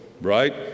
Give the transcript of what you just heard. right